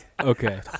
Okay